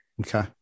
Okay